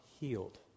healed